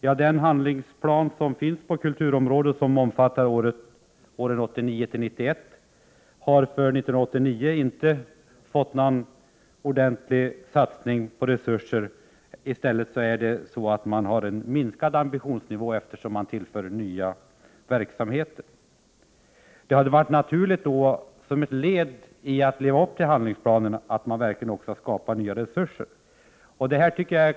När det gäller den handlingsplan på kulturområdet som omfattar åren 1989-1991 har man för 1989 inte satsat ordentligt med resurser. I stället har man sänkt ambitionsnivån, eftersom man har tillfört nya verksamheter. Det hade naturligtvis varit ett led i att förverkliga handlingsplanerna om man verkligen hade skapat nya resurser.